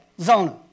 Zona